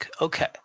okay